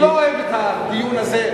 אני לא אוהב את הדיון הזה,